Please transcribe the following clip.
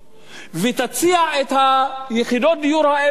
ותציע את יחידות הדיור האלו בשוק.